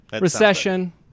Recession